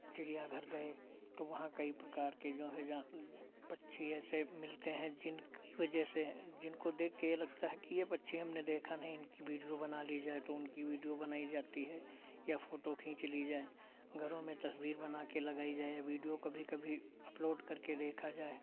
चिड़ियाघर गए तो वहाँ कई प्रकार के जो है जा पक्षी ऐसे मिलते हैं जिनमें जैसे जिनको देख के ये लगता है कि ये पक्षी हमने देखा नहीं उनकी वीडियो बना ली जाए तो उनकी वीडियो बनाई जाती है या फोटो खींच ली जाए घरों में तस्वीर बना के लगाई जाए वीडियो कभी कभी अपलोड करके देखा जाए